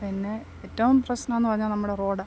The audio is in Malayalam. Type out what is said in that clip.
പിന്നെ എറ്റവും പ്രശ്നം എന്ന് പറഞ്ഞാൽ നമ്മുടെ റോഡ്